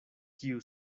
kiu